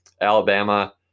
Alabama